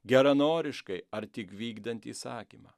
geranoriškai ar tik vykdant įsakymą